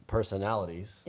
Personalities